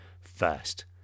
first